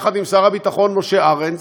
יחד עם שר הביטחון משה ארנס,